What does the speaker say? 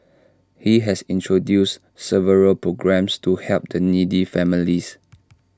he has introduced several programmes to help the needy families